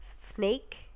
Snake